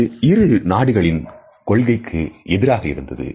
அது இரு நாடுகளின் கொள்கைக்கு எதிராக இருந்தது